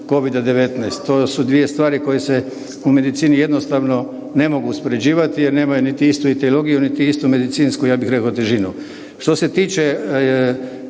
Covida-19. To su dvije stvari koje se u medicini jednostavno ne mogu uspoređivati jer nemaju niti istu etiologiju niti istu medicinsku ja bih rekao težinu.